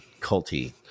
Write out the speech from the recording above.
culty